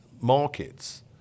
markets